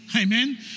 Amen